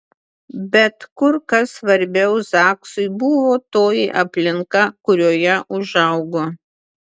bet kur kas svarbiau zaksui buvo toji aplinka kurioje užaugo